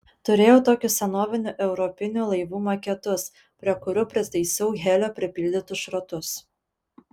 turėjau tokius senovinių europinių laivų maketus prie kurių pritaisiau helio pripildytus šratus